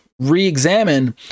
re-examine